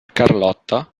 carlotta